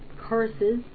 curses